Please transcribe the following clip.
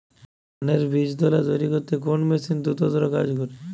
ধানের বীজতলা তৈরি করতে কোন মেশিন দ্রুততর কাজ করে?